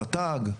רט"ג,